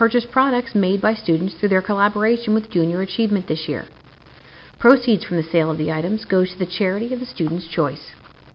purchase products made by students through their collaboration with junior achievement this year proceeds from the sale of the items goes to the charity of the students choice